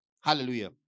Hallelujah